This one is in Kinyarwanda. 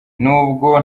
nubwo